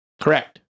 Correct